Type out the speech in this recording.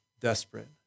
desperate